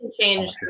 change